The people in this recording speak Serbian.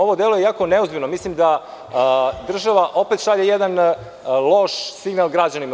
Ovo deluje jako neozbiljno, mislim da država opet šalje jedan loš signal građanima.